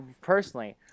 personally